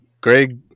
Greg